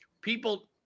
people –